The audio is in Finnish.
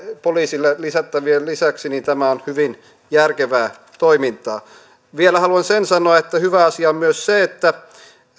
poliisille lisättävien palautusmäärärahojen lisäksi tämä on hyvin järkevää toimintaa vielä haluan sanoa sen että hyvä asia on myös se että